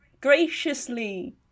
graciously